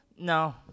no